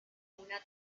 una